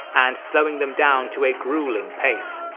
and slowing them down to a gruelling pace.